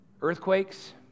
Earthquakes